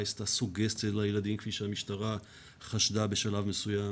עשתה סוגציה לילדים כפי שהמשטרה חשדה בשלב מסוים,